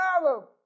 problem